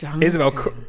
Isabel